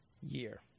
year